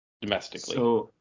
domestically